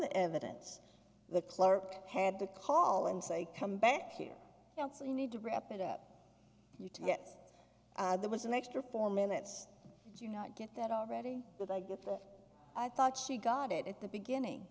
the evidence the clerk had to call and say come back here you need to wrap it up you to get there was an extra four minutes do you not get that already but i get that i thought she got it at the beginning